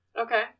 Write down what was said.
Okay